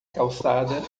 calçada